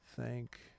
thank